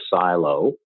silo